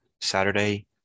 Saturday